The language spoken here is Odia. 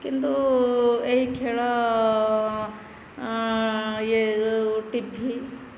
କିନ୍ତୁ ଏହି ଖେଳ ଟିଭି